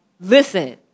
listen